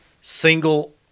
single-